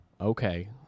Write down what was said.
Okay